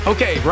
Okay